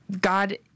God